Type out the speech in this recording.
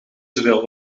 zoveel